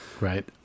Right